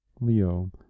Leo